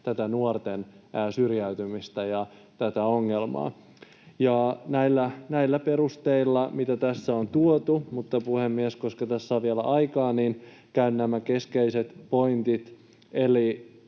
tätä nuorten syrjäytymistä ja tätä ongelmaa. Näillä perusteilla, mitä tässä on tuotu... Mutta, puhemies, koska tässä on vielä aikaa, niin käyn läpi nämä keskeiset pointit. Eli